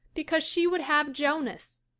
because she would have jonas.